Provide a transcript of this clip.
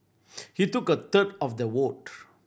he took a third of the vote